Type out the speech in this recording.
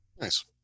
Nice